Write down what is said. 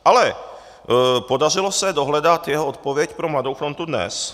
Ale podařilo se dohledat jeho odpověď pro Mladou frontu Dnes.